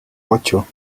ocho